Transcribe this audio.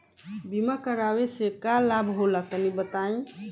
बीमा करावे से का लाभ होला तनि बताई?